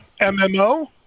mmo